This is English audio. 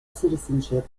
citizenship